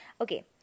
okay